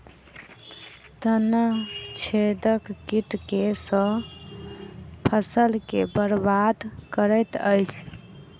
तना छेदक कीट केँ सँ फसल केँ बरबाद करैत अछि?